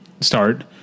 start